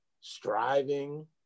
striving